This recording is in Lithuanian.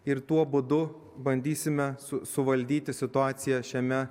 ir tuo būdu bandysime su suvaldyti situaciją šiame